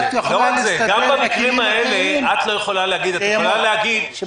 גם במקרים האלה את יכולה להגיד: התקש"ח